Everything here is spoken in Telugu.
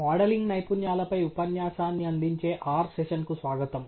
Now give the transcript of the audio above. మోడలింగ్ నైపుణ్యాలపై ఉపన్యాసాన్ని అందించే R సెషన్కు స్వాగతం